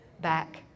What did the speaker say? back